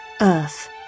Earth